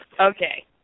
Okay